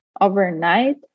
overnight